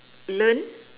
learn